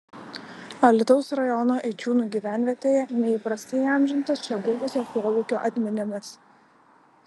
alytaus rajono eičiūnų gyvenvietėje neįprastai įamžintas čia buvusio kolūkio atminimas